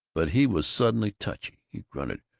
but he was suddenly touchy. he grunted,